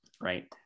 Right